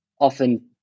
often